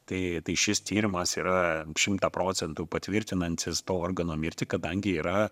tai tai šis tyrimas yra šimtą procentų patvirtinantis to organo mirtį kadangi yra